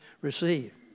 receive